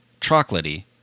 Chocolatey